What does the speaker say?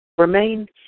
Remain